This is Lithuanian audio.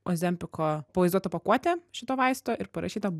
ozempiko pavaizduota pakuotė šito vaisto ir parašyta